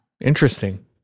interesting